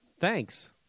Thanks